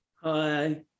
Hi